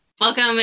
Welcome